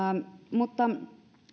mutta